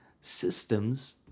Systems